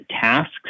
tasks